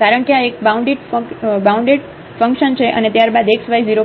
કારણ કે આ એક બાઉન્ડિડ ફંક્શન છે અને ત્યારબાદ xy 0 પર જાય છે